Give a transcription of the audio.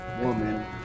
woman